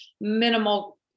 minimal